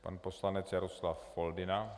Pan poslanec Jaroslav Foldyna.